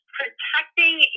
protecting